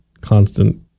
constant